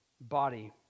body